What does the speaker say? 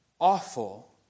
awful